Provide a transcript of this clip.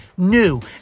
new